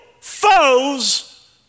foes